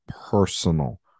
personal